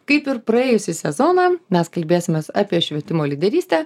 kaip ir praėjusį sezoną mes kalbėsimės apie švietimo lyderystę